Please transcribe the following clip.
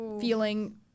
feeling